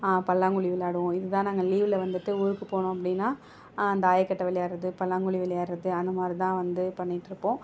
பல்லாங்குழி விளையாடுவோம் இதுதான் நாங்கள் லீவில் வந்துட்டு ஊருக்கு போனோம் அப்படின்னா அந்த தாயக்கட்டை விளையாடுறது பல்லாங்குழி விளையாடுறது அந்த மாதிரிதான் வந்து பண்ணிகிட்டு இருப்போம்